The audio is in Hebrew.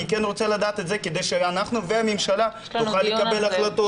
אני כן רוצה לדעת את זה כדי שאנחנו והממשלה נוכל לקבל החלטות.